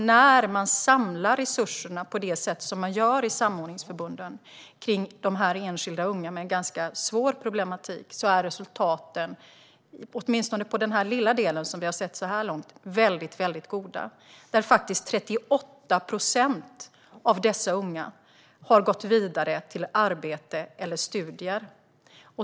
När man, på det sätt man gör i samordningsförbunden, samlar resurserna till de enskilda unga med ganska svår problematik är resultaten åtminstone på den lilla del vi har sett så här långt väldigt goda: 38 procent av dessa unga har gått vidare till arbete eller studier.